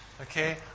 Okay